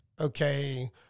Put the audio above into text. okay